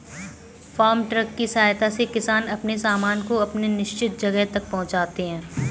farm truck की सहायता से किसान अपने सामान को अपने निश्चित जगह तक पहुंचाते हैं